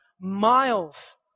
miles